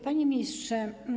Panie Ministrze!